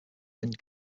wind